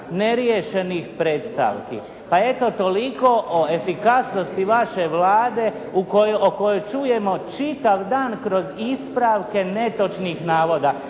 neriješenih predstavki. Pa eto toliko o efikasnosti vaše Vlade o kojoj čujemo čitav dan kroz ispravke netočnih navoda.